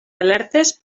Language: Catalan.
alertes